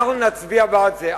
אנחנו נצביע בעד זה.